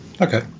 Okay